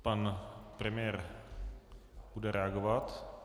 Pan premiér bude reagovat.